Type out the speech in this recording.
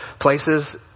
places